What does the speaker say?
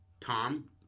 Tom